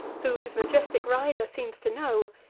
who his majestic rider seems to know,